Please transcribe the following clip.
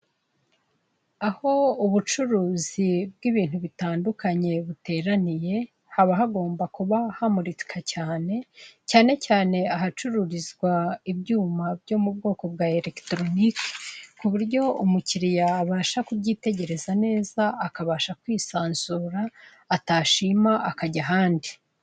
Aho ubucuruzi bw'ibintu bitandukanye buteraniye, haba hagomba kuba hamurika cyane, cyane cyane ahacururizwa ibyuma byo mu bwoko bwa eregitoroniki, ku buryo umukiriya abasha kubyitegereza neza akabasha kwisanzura, atashima akajya ahandi.